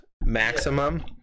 maximum